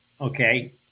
okay